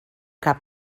cap